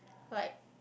like